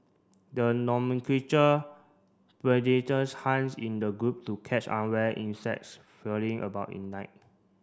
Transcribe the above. the predators hunts in the group to catch unaware insects filling about in night